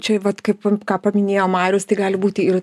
čia vat kaip ką paminėjo marius tai gali būti ir